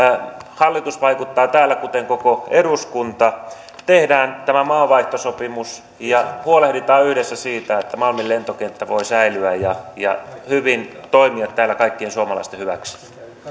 hallitus vaikuttaa täällä kuten koko eduskunta tehdään tämä maavaihtosopimus ja huolehditaan yhdessä siitä että malmin lentokenttä voi säilyä ja ja hyvin toimia täällä kaikkien suomalaisten hyväksi